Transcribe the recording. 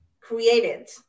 created